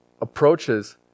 approaches